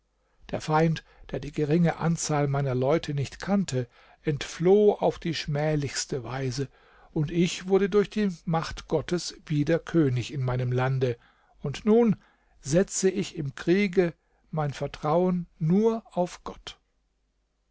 der feind der die geringe anzahl meiner leute nicht kannte entfloh auf die schmählichste weise und ich wurde durch die macht gottes wieder könig in meinem lande und nun setze ich im kriege mein vertrauen nur auf gott